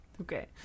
Okay